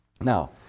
Now